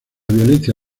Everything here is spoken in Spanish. violencia